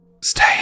stay